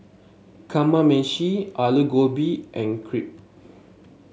Kamameshi Alu Gobi and Crepe